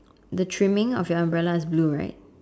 the trimming of your umbrella is blue right